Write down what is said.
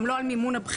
גם לא על מימון הבחירות.